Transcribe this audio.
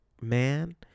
man